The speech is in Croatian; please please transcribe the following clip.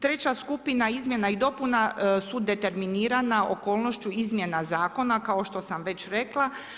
Treća skupina izmjena i dopuna su determinirana okolnošću izmjena zakona kao što sam već rekla.